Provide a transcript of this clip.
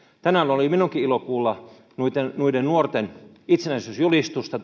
tänään oli minunkin ilo kuulla noiden noiden nuorten itsenäisyysjulistusta